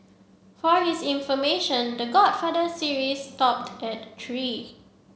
for his information The Godfather series stopped at three